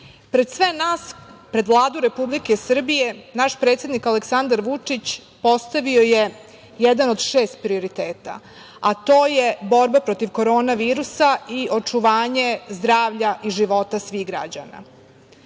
Pred sve nas, pred Vladu Republike Srbije naš predsednik Aleksandar Vučić postavio je jedan od šest prioriteta, a to je borba protiv korona virusa i očuvanje zdravlja i života svih građana. Ovim